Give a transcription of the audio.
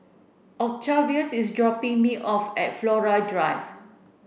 Octavius is dropping me off at Flora Drive